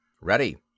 Ready